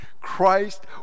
Christ